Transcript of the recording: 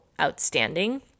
outstanding